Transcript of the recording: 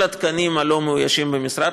כל התקנים הלא-מאוישים במשרד,